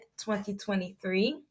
2023